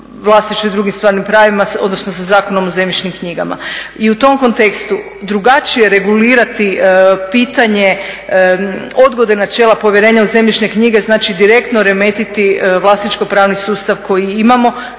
vlasništvu i drugim stvarnim pravima odnosno sa Zakonom o zemljišnim knjigama. I u tom kontekstu drugačije regulirati pitanje odgode načela povjerenja u zemljišne knjige znači direktno remetiti vlasničko pravni sustav koji imamo